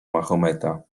mahometa